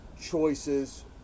choices